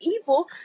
evil